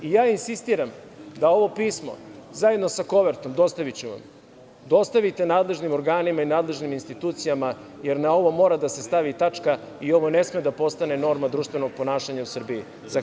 Insistiram da ovo pismo, zajedno sa kovertom, dostavite nadležnim organima i nadležnim institucijama, jer na ovo mora da se stavi tačka i ovo ne sme da postane norma društvenog ponašanja u Srbiji.